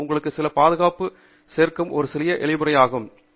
உங்களுக்கு சில பாதுகாப்பு சேர்க்கும் ஒரு எளிய விஷயம் இது